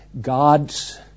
God's